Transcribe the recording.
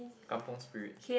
kampung Spirit